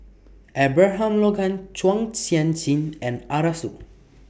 Abraham Logan Chua Sian Chin and Arasu